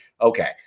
okay